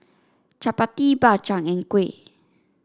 chappati Bak Chang and kuih